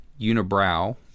Unibrow